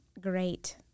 great –